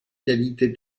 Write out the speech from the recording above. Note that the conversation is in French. qualité